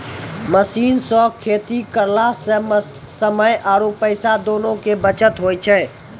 machine सॅ खेती करला स समय आरो पैसा दोनों के बचत होय छै